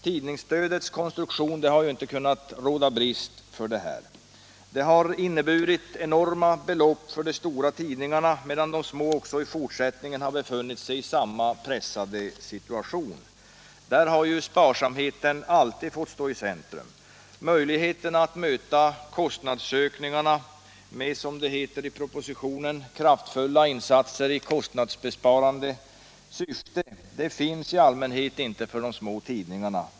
Tidningsstödets konstruktion har inte kunnat råda bot på detta. Stödet har inneburit enorma belopp till de stora tidningarna, medan de små också i fortsättningen har befunnit sig i samma pressade situation. Där har sparsamhet alltid fått stå i centrum. Möjligheterna att möta kostnadsökningarna med kraftfulla insatser i kostnadsbesparande syfte, som det heter i propositionen, finns i allmänhet inte för de små tidningarna.